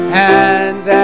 hands